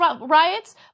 riots